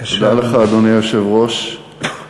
אדוני היושב-ראש,